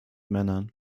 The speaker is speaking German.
männern